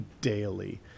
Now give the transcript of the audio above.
daily